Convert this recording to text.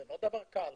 זה לא דבר קל.